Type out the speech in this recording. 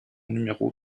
numéro